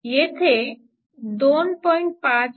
येथे 2